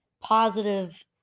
positive